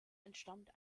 entstammt